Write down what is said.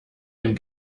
dem